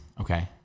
Okay